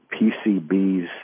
PCBs